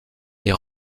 est